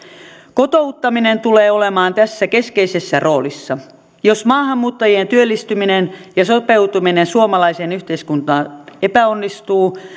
kotouttaminen tulee olemaan tässä keskeisessä roolissa jos maahanmuuttajien työllistyminen ja sopeutuminen suomalaiseen yhteiskuntaan epäonnistuu